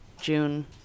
June